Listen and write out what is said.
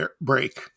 break